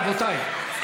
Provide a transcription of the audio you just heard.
רבותיי,